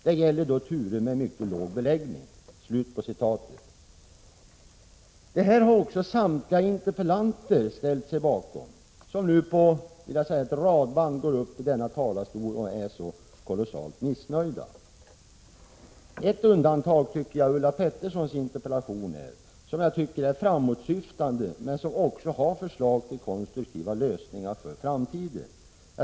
Det gäller då turer med mycket låg beläggning.” Detta har också samtliga interpellanter ställt sig bakom — de som nu på ett radband går upp i denna talarstol och är så missnöjda. Ett undantag är Ulla Petterssons interpellation, som är framåtsyftande och där det också finns förslag till konstruktiva lösningar för framtiden.